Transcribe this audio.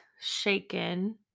shaken